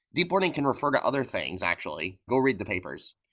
deep learning can refer to other things, actually. go read the papers,